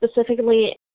specifically